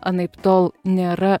anaiptol nėra